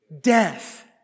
death